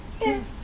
Yes